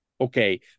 okay